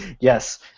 Yes